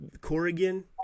Corrigan